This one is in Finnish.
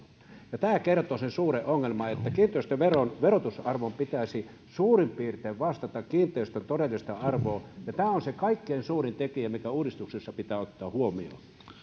ja tämä kertoo sen suuren ongelman että kiinteistöveron verotusarvon pitäisi suurin piirtein vastata kiinteistön todellista arvoa ja tämä on se kaikkein suurin tekijä mikä uudistuksessa pitää ottaa huomioon